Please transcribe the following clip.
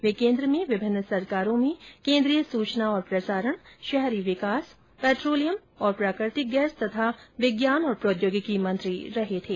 वे केन्द्र में विभिन्न सरकारों में केंद्रीय सूचना और प्रसारण शहरी विकास पेट्रोलियम और प्राकृतिक गैस तथा विज्ञान और प्रौद्योगिकी मंत्री रहे थे